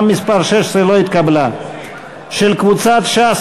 ההסתייגות (15) של קבוצת סיעת יהדות התורה,